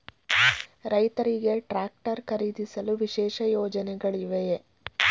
ರೈತರಿಗೆ ಟ್ರಾಕ್ಟರ್ ಖರೀದಿಸಲು ವಿಶೇಷ ಯೋಜನೆಗಳಿವೆಯೇ?